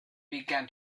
began